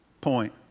point